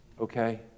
okay